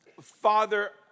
father